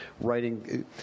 writing